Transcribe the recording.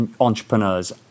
entrepreneurs